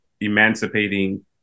emancipating